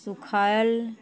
सुखायल